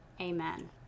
Amen